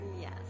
Yes